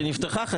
תודה.